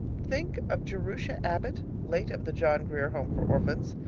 think of jerusha abbott, late of the john grier home for orphans,